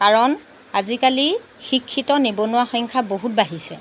কাৰণ আজিকালি শিক্ষিত নিবনুৱাৰ সংখ্যা বহুত বাঢ়িছে